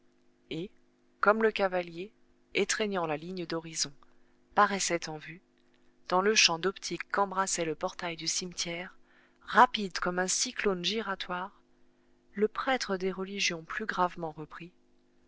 et comme le cavalier étreignant la ligne d'horizon paraissait en vue dans le champ d'optique qu'embrassait le portail du cimetière rapide comme un cyclone giratoire le prêtre des religions plus gravement reprit